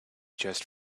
just